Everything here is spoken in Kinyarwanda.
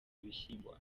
ibishyimbo